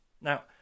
Now